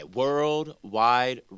worldwide